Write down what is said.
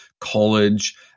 college